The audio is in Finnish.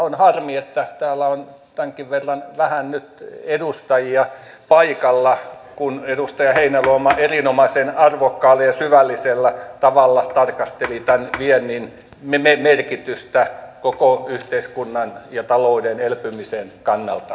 on harmi että täällä on tämänkin verran vähän nyt edustajia paikalla kun edustaja heinäluoma erinomaisen arvokkaalla ja syvällisellä tavalla tarkasteli viennin merkitystä koko yhteiskunnan ja talouden elpymisen kannalta